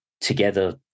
together